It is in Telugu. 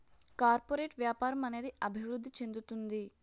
కార్పొరేట్ వ్యాపారం అనేది అభివృద్ధి చెందుతుంది